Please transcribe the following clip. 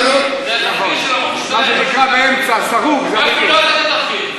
זה תחקיר של ערוץ 2. גפני לא עשה את התחקיר,